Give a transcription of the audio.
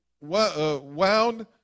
wound